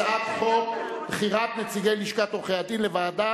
הצעת חוק בחירת נציגי לשכת עורכי-הדין לוועדות